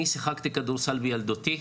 אני שיחקתי כדורסל בילדותי,